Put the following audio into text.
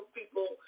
people